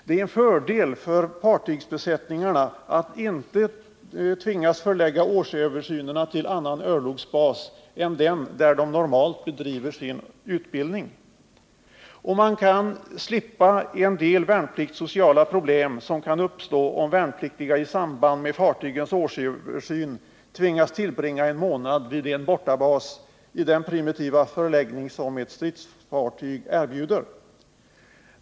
Det är en fördel för fartygsbesättningarna att inte tvingas förlägga årsöversynerna till annan örlogsbas än den där de normalt bedriver sin utbildning. Man kan slippa en del värnpliktssociala problem som kan uppstå om värnpliktiga i samband med fartygens årsöversyn tvingas tillbringa en månad vid en ”bortabas” i den primitiva förläggning som ett stridsfartyg erbjuder.